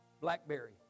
BlackBerry